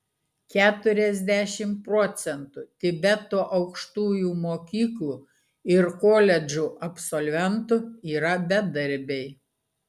keturiasdešimt procentų tibeto aukštųjų mokyklų ir koledžų absolventų yra bedarbiai